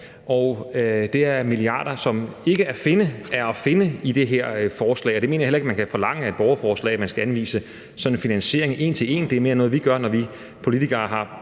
og det er milliarder, som ikke er at finde i det her forslag, og jeg mener heller ikke, at man kan forlange af et borgerforslag, at det skal anvise finansiering en til en. Det er mere noget, vi gør, når vi politikere